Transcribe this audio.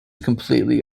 completely